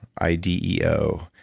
i d e o,